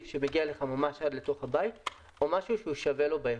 שמגיע אליך ממש אל תוך הבית או משהו שהוא שווה לו באיכות.